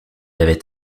avait